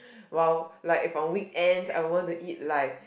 while like from weekend I would want to eat like